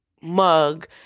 mug